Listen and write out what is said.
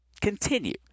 continue